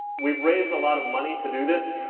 we've raised a lot of money to do this.